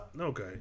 okay